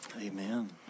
Amen